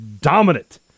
dominant